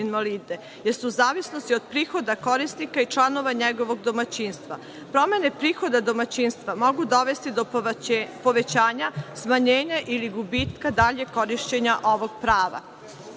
jer su u zavisnosti od prihoda korisnika i članova njegovog domaćinstva. Promene prihoda domaćinstva mogu dovesti do povećanja, smanjenja ili gubitka daljeg korišćenja ovog